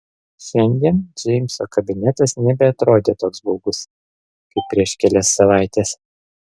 šiandien džeimso kabinetas nebeatrodė toks baugus kaip prieš kelias savaites